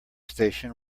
station